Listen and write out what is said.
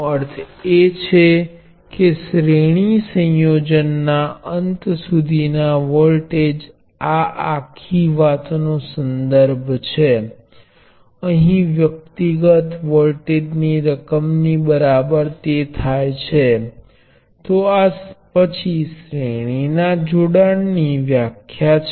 હવે જો હું સંયોજનમાં કુલ વોલ્ટેજ જોઉં તો આપણે જાણીએ છીએ કે તે વ્યક્તિગત વોલ્ટેજ નો સરવાળો છે જે બધા શ્રેણી સંયોજનો માટે સાચું છે